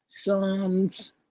Psalms